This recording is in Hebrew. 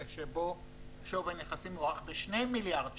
שבו שווי הנכסים מוערך ב-2 מיליארד שקל.